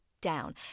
down